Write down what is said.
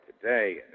today